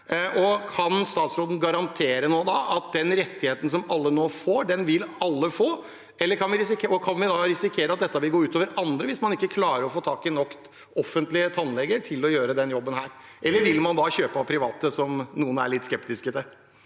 at alle de som omfattes av denne rettigheten, vil få tilbud, eller kan vi risikere at dette vil gå ut over andre hvis man ikke klarer å få tak i nok offentlige tannleger til å gjøre denne jobben? Eller vil man da kjøpe av private, som noen er litt skeptiske til?